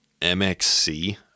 MXC